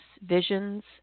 visions